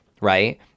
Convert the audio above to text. right